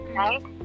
right